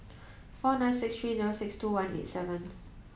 four nine six three zero six two one eight seven